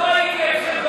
זה לא נגד השבת.